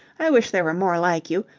i wish there were more like you.